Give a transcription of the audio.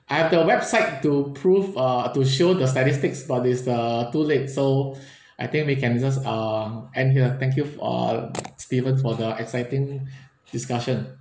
I have the website to prove uh to show the statistics but is uh too late so I think we can just um end here thank you for uh stephen for the exciting discussion